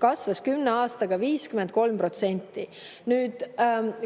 kasvas kümne aastaga 53%.